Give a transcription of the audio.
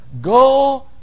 go